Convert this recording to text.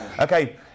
Okay